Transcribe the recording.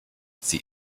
sie